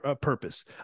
purpose